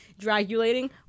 dragulating